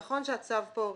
נכון שהצו כאן רטרואקטיבי.